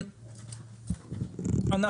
בגדול,